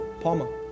Palma